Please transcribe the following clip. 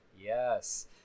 Yes